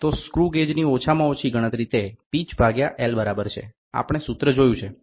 તો સ્ક્રુગેજની ઓછામાં ઓછી ગણતરી તે પીચ ભાગ્યા એલ બરાબર છે આપણે સૂત્ર જોયું છે